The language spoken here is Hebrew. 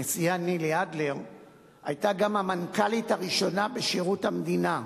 הנשיאה נילי ארד היתה גם המנכ"לית הראשונה בשירות המדינה.